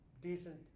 decent